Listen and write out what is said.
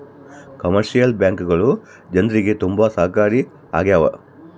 commercial ಬ್ಯಾಂಕ್ಗಳು ಜನ್ರಿಗೆ ತುಂಬಾ ಸಹಾಯಕಾರಿ ಆಗ್ಯಾವ